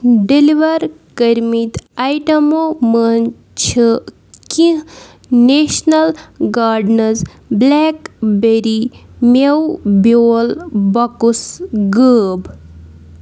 deliver کٔرمٕتۍ آیٹَمو منٛز چھِ کینٛہہ نیشنَل گاڈنٕز بِلیک بیٚری مٮ۪وٕ بیول بَکُس غٲب